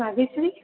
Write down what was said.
Bhagyashree